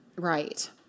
Right